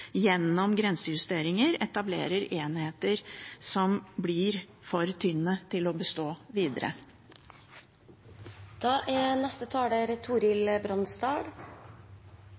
gjennom grensejusteringer etablerer enheter som blir for tynne til å bestå